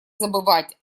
забывать